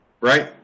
right